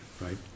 right